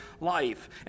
life